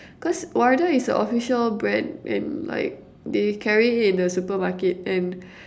cause Wardah is a official brand and like they carry it in the supermarket and